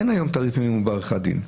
אין היום תעריף מינימום בעריכת דין.